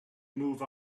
move